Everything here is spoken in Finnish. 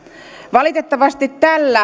valitettavasti tällä hallituksen